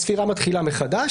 הספירה מתחילה מחדש